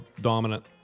dominant